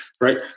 right